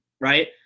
right